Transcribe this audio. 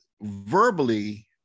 verbally